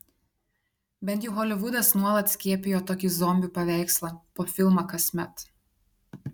bent jau holivudas nuolat skiepijo tokį zombių paveikslą po filmą kasmet